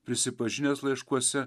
prisipažinęs laiškuose